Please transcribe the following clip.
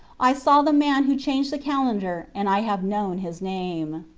i saw the man who changed the calendar and i have known his name.